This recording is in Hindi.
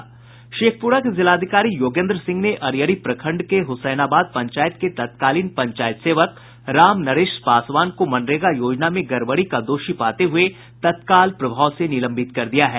शेखपुरा के जिलाधिकारी योगेन्द्र सिंह ने अरियरी प्रखंड के हुसैनाबाद पंचायत के तत्कालीन पंचायत सेवक रामनरेश पासवान को मनरेगा योजना में गड़बड़ी का दोषी पाते हुए तत्काल प्रभाव से निलंबित कर दिया है